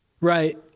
Right